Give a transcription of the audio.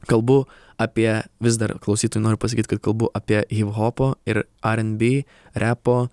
kalbu apie vis dar klausytojui noriu pasakyt kad kalbu apie hiphopo ir rnb repo